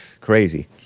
Crazy